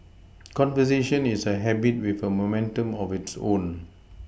conversation is a habit with momentum of its own